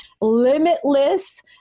limitless